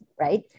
right